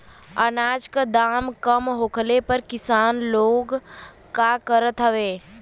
अनाज क दाम कम होखले पर किसान लोग का करत हवे?